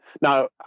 now